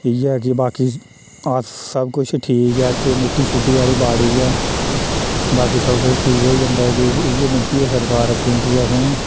इ'यै ऐ कि बाकी अस सब कुछ ठीक ऐ ते मिट्टी छुट्टी आह्ली बाड़ी ऐ बाकी सब किश ठीक होई जंदा इ'यै विनती ऐ सरकार अग्गें कि असेंई